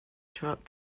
truck